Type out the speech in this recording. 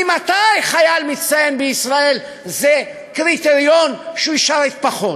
ממתי חייל מצטיין בישראל זה קריטריון שהוא ישרת פחות?